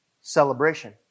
celebration